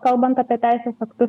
kalbant apie teisės aktus